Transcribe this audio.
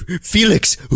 Felix